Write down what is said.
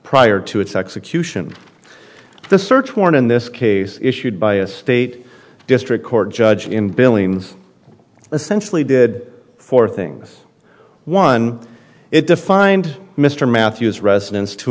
prior to its execution the search warrant in this case issued by a state district court judge in billings essentially did four things one it defined mr matthews residence to